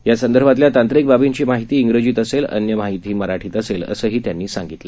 या संदर्भातल्या तांत्रीक बाबींची माहिती इंग्रजीत असेल अन्य माहिती मराठीत असेल असंही त्यांनी सांगितलं